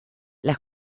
las